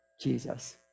Jesus